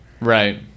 Right